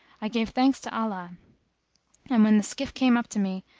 i gave thanks to allah and, when the skiff came up to me,